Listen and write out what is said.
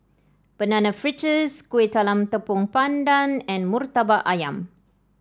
Banana Fritters Kueh Talam Tepong Pandan and murtabak ayam